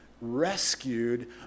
rescued